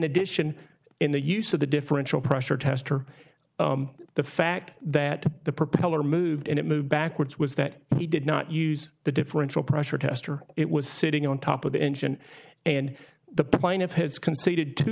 addition in the use of the differential pressure tester the fact that the propeller moved and it moved backwards was that he did not use the differential pressure tester it was sitting on top of the engine and the plaintiff has conceded to